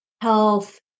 health